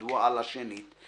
/ מדוע עלה שנית,